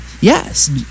Yes